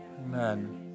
Amen